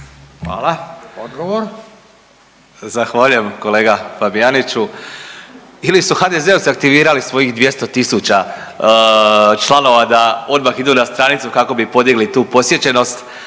suverenisti)** Zahvaljujem kolega Fabijaniću. Ili su HDZ-ovci aktivirali svojih 200 000 članova da odmah idu na stranicu kako bi podigli tu posjećenost,